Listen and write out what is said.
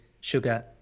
sugar